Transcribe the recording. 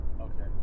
Okay